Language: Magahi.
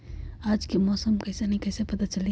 आज के मौसम कईसन हैं कईसे पता चली?